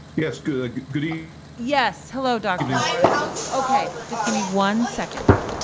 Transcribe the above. yes, good good evening yes, hello, dr. morris. okay, just give me one second.